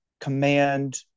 command